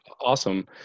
awesome